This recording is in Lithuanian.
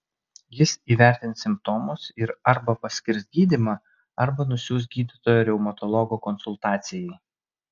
jis įvertins simptomus ir arba paskirs gydymą arba nusiųs gydytojo reumatologo konsultacijai